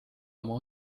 oma